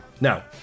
now